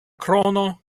krono